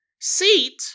seat